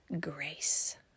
grace